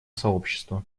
сообщества